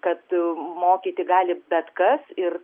kad mokyti gali bet kas ir